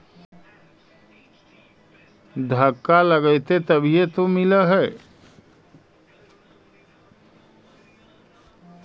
धक्का लगतय तभीयो मिल है?